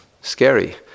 scary